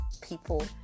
people